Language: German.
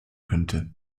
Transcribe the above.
könnte